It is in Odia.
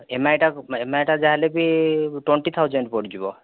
ଏମ୍ଆଇଟା ଏମ୍ଆଇଟା ଯାହା ହେଲେ ବି ଟ୍ୱେଣ୍ଟି ଥାଉଜେଣ୍ଡ ପଡ଼ିଯିବ